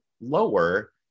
lower